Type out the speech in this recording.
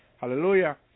hallelujah